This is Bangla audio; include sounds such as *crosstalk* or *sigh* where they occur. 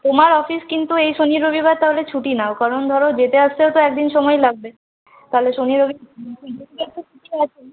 তোমার অফিস কিন্তু এই শনি রবিবার তা হলে ছুটি নাও কারণ ধর যেতে আসতেও তো এক দিন সময় লাগবে তা হলে শনি রবি *unintelligible* ছুটি আছেই